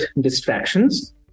distractions